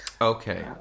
Okay